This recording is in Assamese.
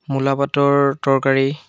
মূলাপাতৰ তৰকাৰী